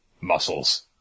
muscles